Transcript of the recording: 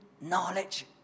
knowledge